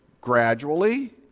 gradually